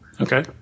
Okay